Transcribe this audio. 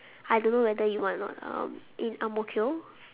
I don't know whether you want or not um in ang mo kio